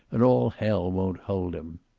and all hell won't hold him.